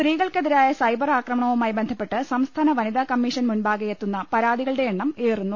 സ്ത്രീകൾക്കെതിരായ സൈബർ ആക്രമണവുമായി ബന്ധപ്പെട്ട് സംസ്ഥാന വനിതാ കമ്മീഷൻ മുമ്പാകെ എത്തുന്ന പരാതികളുടെ എണ്ണം ഏറുന്നു